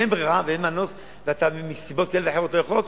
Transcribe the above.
אם אין ברירה ואין מנוס ומסיבות כאלה ואחרות אתה לא יכול,